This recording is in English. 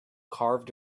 carved